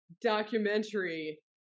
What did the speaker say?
documentary